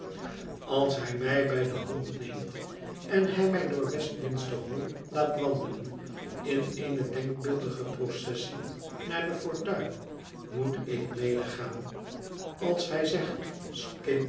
als hij mij bij de hand neemt en hij mij door westminster hall laat wandelen in eene denkbeeldige processie naar de fortuin moet ik medegaan als hij zegt